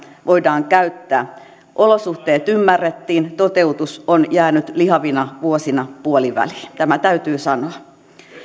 voidaan käyttää olosuhteet ymmärrettiin toteutus on jäänyt lihavina vuosina puoliväliin tämä täytyy sanoa